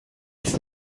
ist